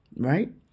right